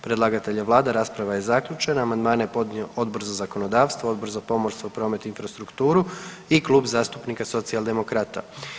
Predlagatelj je vlada, rasprava je zaključena, amandmane je podnio Odbor za zakonodavstvo, Odbor za pomorstvo, promet i infrastrukturu i Klub zastupnika Socijaldemokrata.